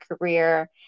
career